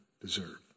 deserve